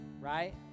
right